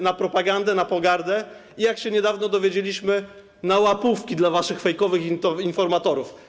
Na propagandę, na pogardę i, jak się niedawno dowiedzieliśmy, na łapówki dla waszych fejkowych informatorów.